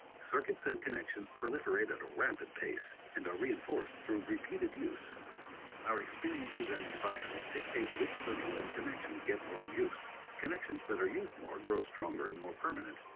circuits and connections proliferate at a rapid pace and a reinforced through repeated use our experiences and environment dictate which circuit some connections get more use connections that are used more grow stronger and more permanent.